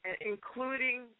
including